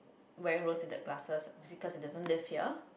when Rosited glasses ossicles they doesn't life here